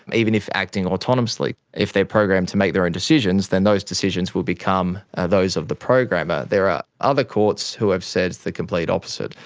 and even if acting autonomously. if they're programed to make their own decisions, then those decisions will become those of the programmer. there are other courts who have said the complete opposite.